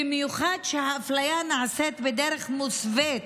במיוחד כשהאפליה נעשית בדרך מוסווית.